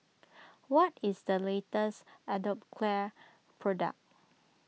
what is the latest Atopiclair product